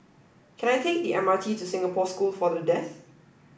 can I take the MRT to Singapore School for the Deaf